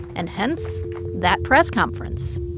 and hence that press conference